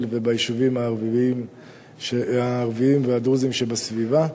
וביישובים הערביים והדרוזיים שבסביבה.